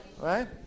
right